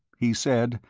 he said,